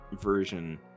version